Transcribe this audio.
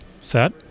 set